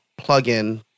plugin